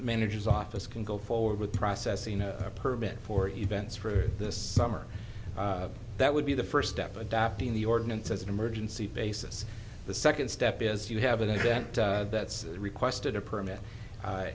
manager's office can go forward with processing a permit for events for the summer that would be the first step adopting the ordinance as an emergency basis the second step is you have an event that's requested a permit a